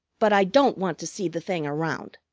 but i don't want to see the thing around.